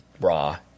Raw